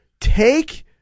take